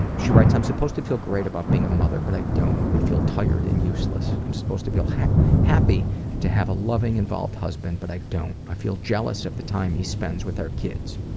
and she writes i'm supposed to feel great about being a mother but i don't. i feel tired and useless. i'm supposed to feel happy to have a loving, involved husband but i don't. i feel jealous of the time he spends with our kids.